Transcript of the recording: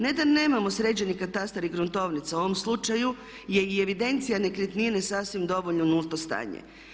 Ne da nemamo sređeni katastar i gruntovnicu u ovom slučaju je i evidencija nekretnine sasvim dovoljno nulto stanje.